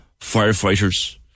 firefighters